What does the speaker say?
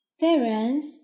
Terence